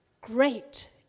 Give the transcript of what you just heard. great